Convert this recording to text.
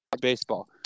baseball